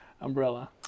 umbrella